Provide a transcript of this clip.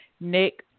Nick